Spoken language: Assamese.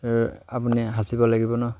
আপুনি সাচিব লাগিব ন